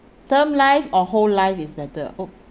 term life or whole life is better